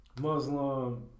Muslim